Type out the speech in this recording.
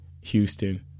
Houston